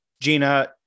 Gina